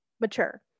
mature